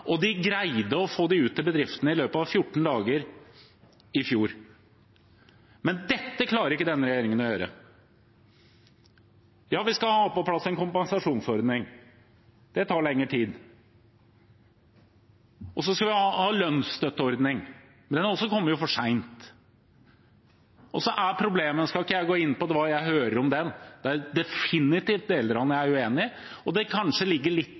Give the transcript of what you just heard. De greide å få dem ut til bedriftene i løpet av 14 dager i fjor, men dette klarer ikke denne regjeringen å gjøre. Ja, vi skal ha på plass en kompensasjonsordning. Det tar lengre tid. Så skal vi ha lønnsstøtteordning, men den kommer også for seint. Jeg skal ikke gå inn på hva jeg hører om den, men det er definitivt deler av den jeg er uenig i, og det ligger kanskje litt